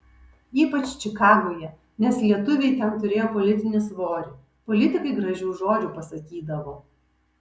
ypač čikagoje nes lietuviai ten turėjo politinį svorį politikai gražių žodžių pasakydavo